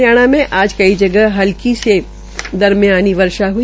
हरियाणा में आज कई जगह हल्की से दरमियानी वर्षा हुई